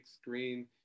screen